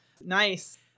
Nice